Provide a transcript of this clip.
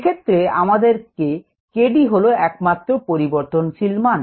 এক্ষেত্রে 𝑘𝑑 হল একমাত্র পরিবর্তনশীল মান